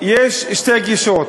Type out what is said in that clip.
יש שתי גישות: